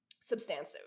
substantive